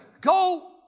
go